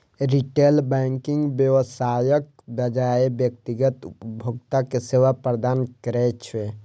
retail banking व्यवसायक बजाय व्यक्तिगत उपभोक्ता कें सेवा प्रदान करै छै